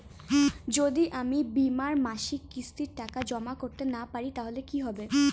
যদি আমি বীমার মাসিক কিস্তির টাকা জমা করতে না পারি তাহলে কি হবে?